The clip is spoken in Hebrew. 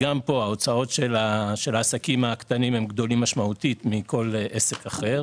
הוצאות של העסקים הקטנים גדולות משמעותית מכל עסק אחר.